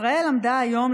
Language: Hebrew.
ישראל עמדה היום,